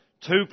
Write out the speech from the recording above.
two